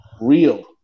real